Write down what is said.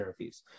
therapies